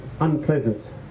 unpleasant